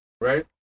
Right